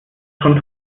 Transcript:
schon